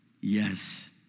Yes